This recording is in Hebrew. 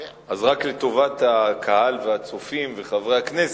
אז רק לטובת הקהל והצופים וחברי הכנסת,